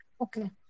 Okay